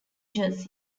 jersey